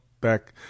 back